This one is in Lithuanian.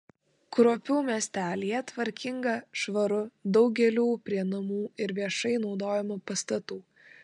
kruopių miestelyje tvarkinga švaru daug gėlių prie namų ir viešai naudojamų pastatų